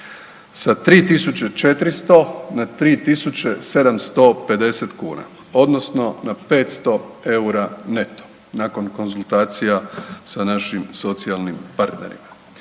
Sa 3.400 na 3.750 kuna odnosno na 500 EUR-a neto nakon konzultacija sa našim socijalnim partnerima.